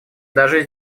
даже